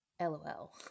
lol